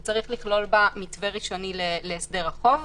הוא צריך לכלול בה מתווה ראשוני להסדר החוב.